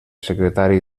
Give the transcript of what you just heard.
secretari